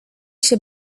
się